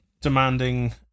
demanding